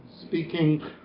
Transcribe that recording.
speaking